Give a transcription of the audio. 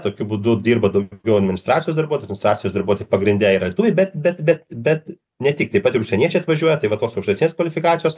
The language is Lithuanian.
tokiu būdu dirba daugiau administracijos darbuotojų administracijos darbuotojai pagrinde yra lietuviai bet bet bet bet ne tik taip pat užsieniečiai atvažiuoja tai va tos aukštesnės kvalifikacijos